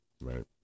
right